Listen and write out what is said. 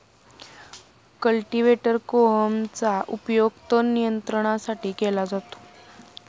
cultivator कोहमचा उपयोग तण नियंत्रणासाठी केला जातो